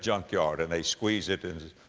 junkyard and they squeeze it and